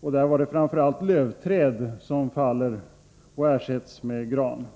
Där är det framför allt lövträd som faller och ersätts med gran.